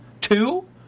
two